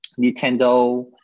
Nintendo